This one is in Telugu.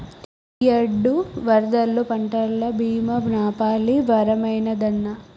ఇయ్యేడు వరదల్లో పంటల బీమా నాపాలి వరమైనాదన్నా